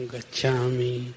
Gachami